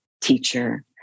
teacher